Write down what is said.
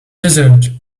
desert